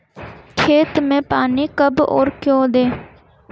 खेत में पानी कब और क्यों दें?